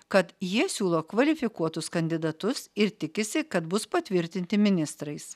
kad jie siūlo kvalifikuotus kandidatus ir tikisi kad bus patvirtinti ministrais